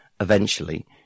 Eventually